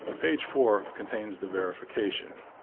page four contains the verification.